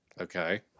Okay